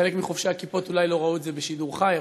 חלק מחובשי הכיפות אולי לא ראו את זה בשידור חי,